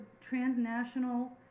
transnational